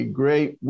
great